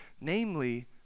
namely